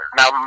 now